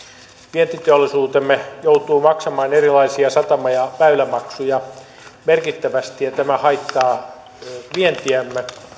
vientiteollisuutemme joutuu maksamaan erilaisia satama ja väylämaksuja merkittävästi ja tämä haittaa vientiämme